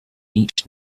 each